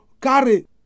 carry